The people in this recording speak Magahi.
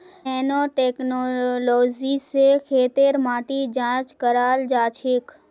नैनो टेक्नोलॉजी स खेतेर माटी जांच कराल जाछेक